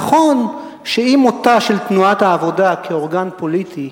נכון שעם מותה של תנועת העבודה כאורגן פוליטי,